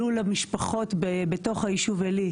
עלו למשפחות בתוך היישוב עלי,